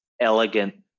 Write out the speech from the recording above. elegant